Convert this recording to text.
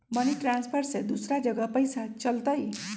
Money transfer से दूसरा जगह पईसा चलतई?